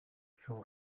son